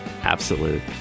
Absolute